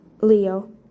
Leo